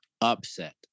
upset